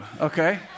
Okay